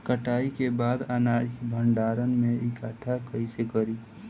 कटाई के बाद अनाज के भंडारण में इकठ्ठा कइसे करी?